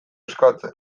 eskatzen